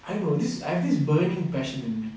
I don't know this I have this burning passion in me